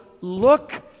look